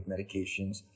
medications